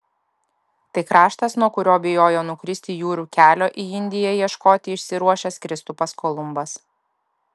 tai kraštas nuo kurio bijojo nukristi jūrų kelio į indiją ieškoti išsiruošęs kristupas kolumbas